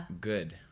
good